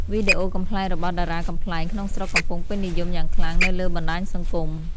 វីដេអូកំប្លែងរបស់តារាកំប្លែងក្នុងស្រុកកំពុងពេញនិយមយ៉ាងខ្លាំងនៅលើបណ្តាញសង្គម។